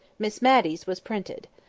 miss matty's was printed.